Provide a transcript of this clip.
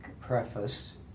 preface